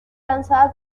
lanzada